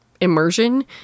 immersion